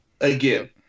Again